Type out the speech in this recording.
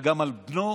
וגם על בנו.